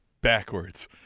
backwards